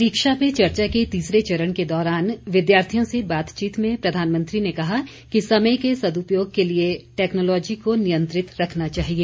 परीक्षा पे चर्चा के तीसरे चरण के दौरान विद्यार्थियों से बातचीत में प्रधानमंत्री ने कहा कि समय के सद्पयोग के लिए टैक्नोलोजी को नियंत्रित रखना चाहिए